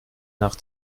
nach